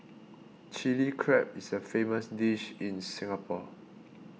Chilli Crab is a famous dish in Singapore